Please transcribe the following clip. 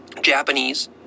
Japanese